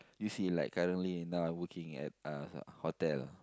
you see like currently now I working at uh hotel